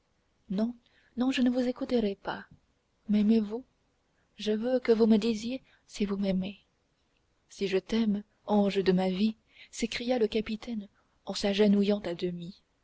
non non je ne vous écouterai pas m'aimez-vous je veux que vous me disiez si vous m'aimez si je t'aime ange de ma vie s'écria le capitaine en s'agenouillant à demi